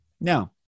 Now